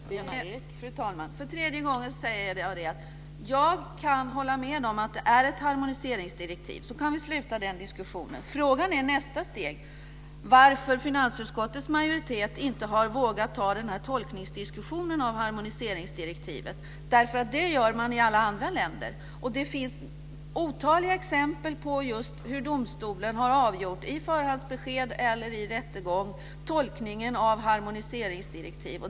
Fru talman! För tredje gången säger jag att jag kan hålla med om att det är ett harmoniseringsdirektiv. Då kan vi avsluta den diskussionen. Frågan är i nästa steg varför finansutskottets majoritet inte har vågat ta upp diskussionen om tolkningen av harmoniseringsdirektivet. Det är något som man gör i alla andra länder. Det finns otaliga exempel på att domstolen i förhandsbesked eller i rättegång har avgjort tolkningen av harmoniseringsdirektiv.